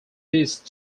these